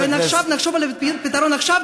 ונחשוב על פתרון עכשיו,